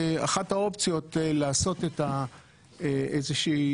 אחת האופציות לעשות איזשהו